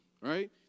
right